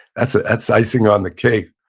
that's ah that's icing on the cake.